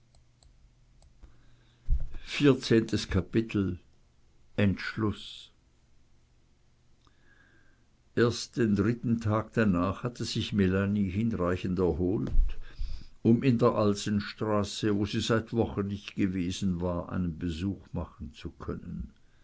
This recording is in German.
sei entschluß erst den dritten tag danach hatte sich melanie hinreichend erholt um in der alsenstraße wo sie seit wochen nicht gewesen war einen besuch machen zu können